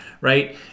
right